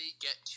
get